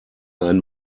einen